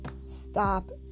stop